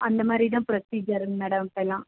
அந்த மாதிரிதான் ப்ரொசீஜர்ங்க மேடம் இப்போல்லாம்